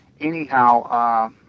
Anyhow